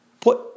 put